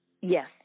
Yes